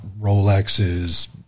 Rolexes